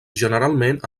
generalment